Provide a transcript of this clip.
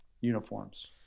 uniforms